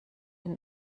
den